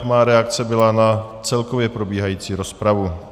Má reakce byla na celkově probíhající rozpravu.